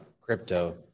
crypto